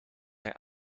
hij